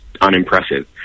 unimpressive